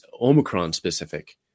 Omicron-specific